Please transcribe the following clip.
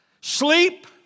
sleep